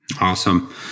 Awesome